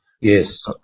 Yes